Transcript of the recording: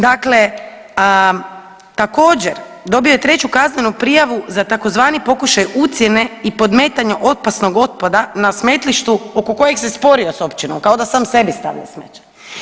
Dakle, također dobio je treću kaznenu prijavu za tzv. pokušaj ucjene i podmetanja opasnog otpada na smetlištu oko kojeg se sporio sa općinom, kao da sam sebi stavlja smeće.